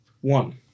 One